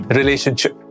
relationship